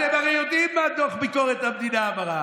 אתם הרי יודעים מה דוח ביקורת המדינה אמר.